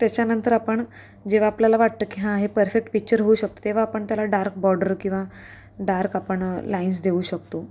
त्याच्यानंतर आपण जेव्हा आपल्याला वाटतं की हां हे परफेक्ट पिक्चर होऊ शकते तेव्हा आपण त्याला डार्क बॉर्डर किंवा डार्क आपण लाइन्स देऊ शकतो